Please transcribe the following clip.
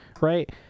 right